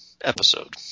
episode